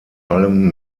allem